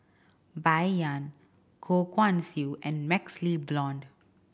Bai Yan Goh Guan Siew and MaxLe Blond